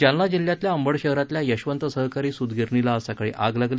जालना जिल्ह्यातल्या अंबड शहरातल्या यशवंत सहकारी सूत गिरणीला आज सकाळी आग लागली